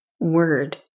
word